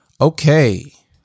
Okay